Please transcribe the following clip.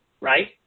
Right